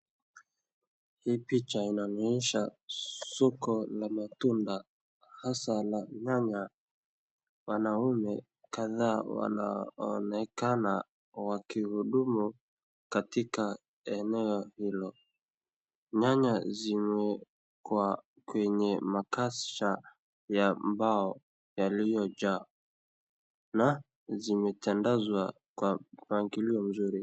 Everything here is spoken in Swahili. Hii picha inaonyesha soko la matunda hasa la nyanya. Wanaume kadhaa wanaonekana wakihudumu katika eneo hilo. Nyanya zimo kwenye mapasta ya mbao yaliyojaa na zimetandazwa kwa mpangilio mzuri.